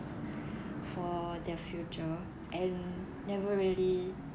for their future and never really